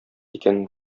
икәнен